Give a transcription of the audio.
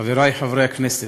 חברי חברי הכנסת,